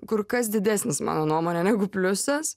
kur kas didesnis mano nuomone negu pliusas